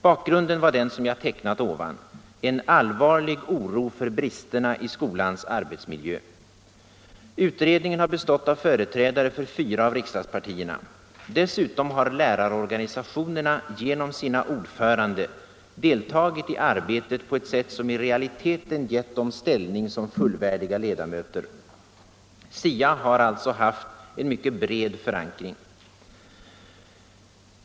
Bakgrunden var den som jag här tecknat: ”en allvarlig oro för bristerna i skolans arbetsmiljö”. Utredningen har bestått av företrädare för fyra av riksdagspartierna. Dessutom har lärarorganisationerna genom sina ordförande deltagit i arbetet på ett sätt som i realiteten givit dem ställning som fullvärdiga ledamöter. SIA har således haft en mycket bred förankring.